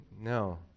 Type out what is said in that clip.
No